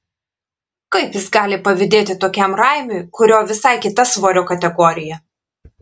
kaip jis gali pavydėti tokiam raimiui kurio visai kita svorio kategorija